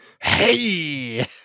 Hey